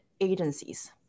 agencies